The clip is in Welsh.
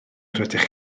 rydych